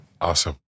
Awesome